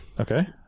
Okay